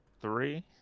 three